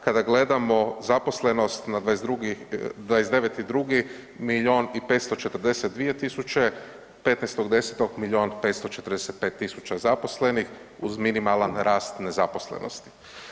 Kada gledamo zaposlenost na 22., 29.2. milijun i 542 tisuće, 15.10. milijun i 545 tisuća zaposlenih uz minimalan rast nezaposlenosti.